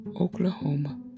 Oklahoma